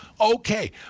Okay